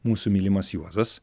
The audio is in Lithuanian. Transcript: mūsų mylimas juozas